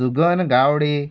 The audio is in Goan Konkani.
सुगन गावडे